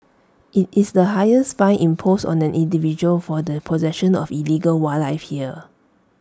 IT is the highest fine imposed on an individual for the possession of illegal wildlife here